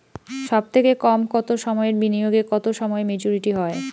সবথেকে কম কতো সময়ের বিনিয়োগে কতো সময়ে মেচুরিটি হয়?